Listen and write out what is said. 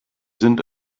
sind